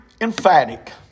emphatic